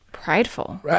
Prideful